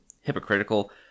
hypocritical